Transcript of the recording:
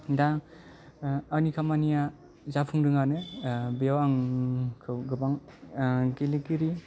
दा ओ आंनि खामानिया जाफुंदोंआनो बेयाव आंखौ गोबां गेलेगिरि